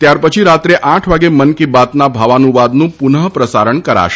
ત્યારપછી રાત્રે આઠ વાગે મન કી બાતના ભાવાનુવાદનું પુનઃ પ્રસારણ કરાશે